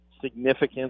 significant